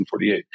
1948